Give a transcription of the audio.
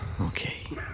Okay